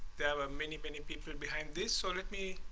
there are many, many people and behind this so let me